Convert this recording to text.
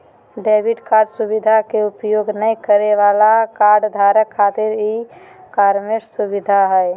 debit card सुवधा के उपयोग नय करे वाला कार्डधारक खातिर ई कॉमर्स सुविधा हइ